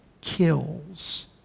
kills